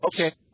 Okay